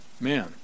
man